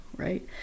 right